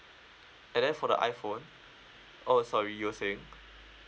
and then for the iphone oh sorry you were saying